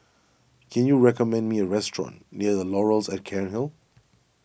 can you recommend me a restaurant near the Laurels at Cairnhill